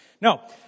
no